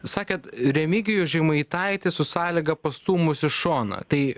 sakėt remigijų žemaitaitį su sąlyga pastūmus į šoną tai